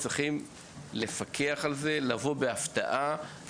צריכים לבוא בהפתעה על מנת לפקח על זה.